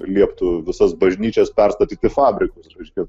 lieptų visas bažnyčias perstatyt į fabrikus reiškia